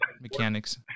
mechanics